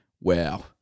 Wow